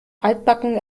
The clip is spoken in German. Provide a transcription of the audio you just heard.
altbacken